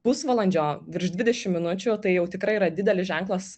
pusvalandžio virš dvidešim minučių tai jau tikrai yra didelis ženklas